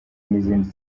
n’izindi